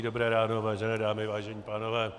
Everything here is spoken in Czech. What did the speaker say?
Dobré ráno, vážené dámy, vážení pánové.